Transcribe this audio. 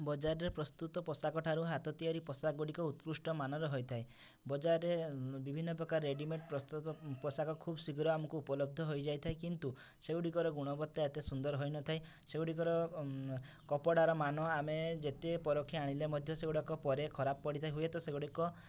ବଜାରରେ ପ୍ରସ୍ତୁତ ପୋଷାକ ଠାରୁ ହାତ ତିଆରି ପୋଷାକଗୁଡ଼ିକ ଉତ୍କୃଷ୍ଟମାନର ହୋଇଥାଏ ବଜାରରେ ବିଭିନ୍ନ ପ୍ରକାର ରେଡ଼ିମେଡ଼୍ ପ୍ରସ୍ତୁତ ପୋଷାକ ଖୁବ ଶୀଘ୍ର ଆମକୁ ଉପଲବ୍ଧ ହୋଇଯାଇଥାଏ କିନ୍ତୁ ସେଗୁଡ଼ିକର ଗୁଣବତ୍ତା ଏତେ ସୁନ୍ଦର ହୋଇନଥାଏ ସେଗୁଡ଼ିକର କପଡ଼ାର ମାନ ଆମେ ଯେତେ ପରଖି ଆଣିଲେ ମଧ୍ୟ ସେଗୁଡ଼ାକ ପରେ ଖରାପ ପଡ଼ିଥାଏ ହୁଏତ ସେଗୁଡ଼ିକ